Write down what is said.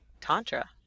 Tantra